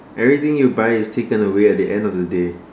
everything you buy is taken away at the end of the day